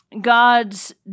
God's